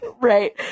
Right